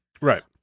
Right